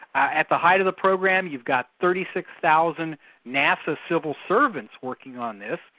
at the height of the program you've got thirty six thousand nasa civil servants working on this,